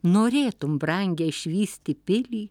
norėtum brangią išvysti pilį